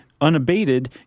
Unabated